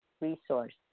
resource